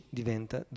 diventa